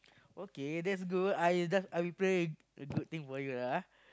okay that's good I'll just I will pray a good thing for you lah ah